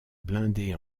blindée